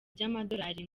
by’amadolari